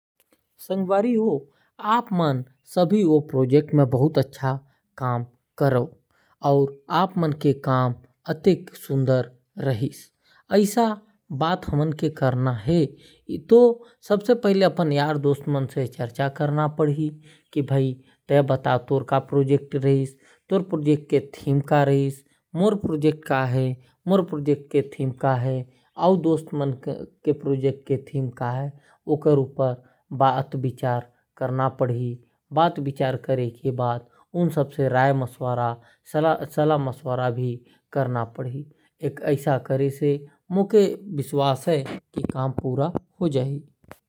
संगवारी हो आप सभी मन प्रोजेक्ट में बहुत अच्छा काम करे हव। और आप मन के काम आतेक सुंदर है ऐसा बात करना है तो। और साथी मन ले बात करना है और सबले पूछना है कि तुमान के का प्रोजेक्ट मिलीस है । थीम का है और बात विचार करना पड़ी और सलाह मशवरा करना पढ़ी।